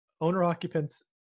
owner-occupants